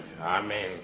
amen